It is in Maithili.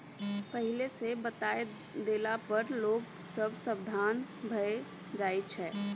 पहिले सँ बताए देला पर लोग सब सबधान भए जाइ छै